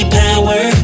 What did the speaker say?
power